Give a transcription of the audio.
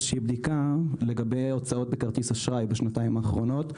בדיקה לגבי הוצאות בכרטיס אשראי בשנתיים האחרונות,